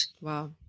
Wow